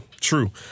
true